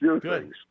Good